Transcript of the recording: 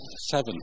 seven